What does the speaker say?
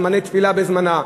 תפילה בזמנה,